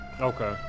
okay